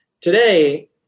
Today